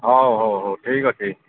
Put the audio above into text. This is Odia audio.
ହଉ ହଉ ହଉ ଠିକ୍ ଅଛି